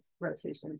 rotations